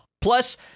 Plus